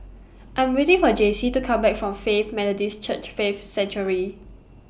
I'm waiting For Jacey to Come Back from Faith Methodist Church Faith Sanctuary